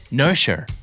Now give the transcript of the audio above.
nurture